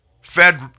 Fed